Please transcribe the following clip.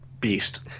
Beast